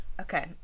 Okay